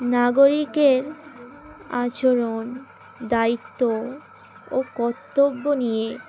নাগরিকের আচরণ দায়িত্ব ও কর্তব্য নিয়ে